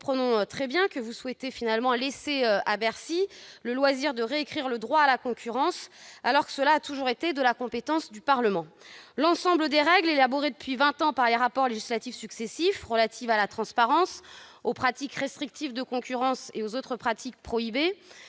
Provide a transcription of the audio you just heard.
nous comprenons très bien que vous souhaitez laisser à Bercy tout le loisir de réécrire le droit de la concurrence, alors qu'il a toujours été de la compétence du Parlement. Ce droit est constitué de règles élaborées depuis vingt ans par des apports législatifs successifs sur la transparence, les pratiques restrictives de concurrence et autres pratiques prohibées